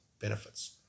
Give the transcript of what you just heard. benefits